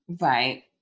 Right